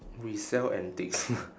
we sell antiques